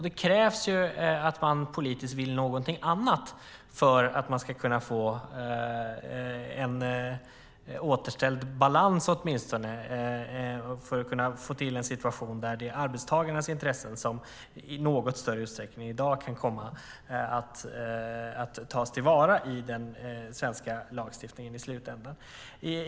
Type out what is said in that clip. Det krävs ju att man politiskt vill någonting annat för att man ska kunna få en återställd balans, åtminstone för att få till en situation där det är arbetstagarnas intressen som i något större utsträckning än i dag kan komma att tas till vara i den svenska lagstiftningen i slutändan.